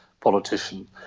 politician